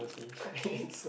okay